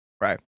Right